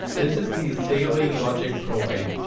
this is the saleae logic pro eight.